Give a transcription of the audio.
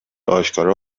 آشکارا